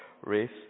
race